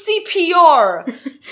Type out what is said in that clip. CPR